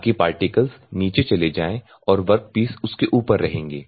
ताकि पार्टिकल्स नीचे चले जाएं और वर्कपीस उसके ऊपर रहेंगे